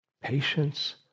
patience